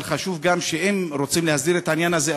אבל חשוב גם שאם רוצים להסדיר את העניין הזה,